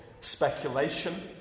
speculation